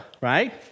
right